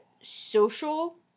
social